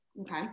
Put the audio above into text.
okay